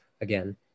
again